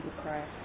Christ